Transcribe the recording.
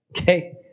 okay